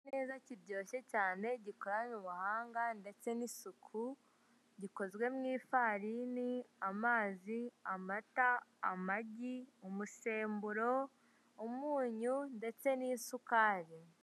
Gikoze neza, kiryoshye cyane gikoranye ubuhanga ndetse n'isuku gikozwe mu ifarini, amazi, amata, amagi, umusemburo, umunyu ndetse n'isukari.